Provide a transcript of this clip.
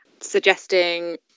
suggesting